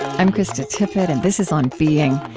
i'm krista tippett, and this is on being.